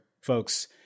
folks